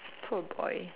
poor boy